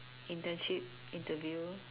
internship interview